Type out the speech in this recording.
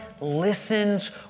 listens